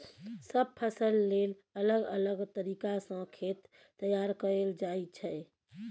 सब फसल लेल अलग अलग तरीका सँ खेत तैयार कएल जाइ छै